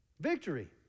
Victory